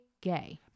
gay